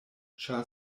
ĉar